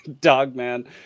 Dogman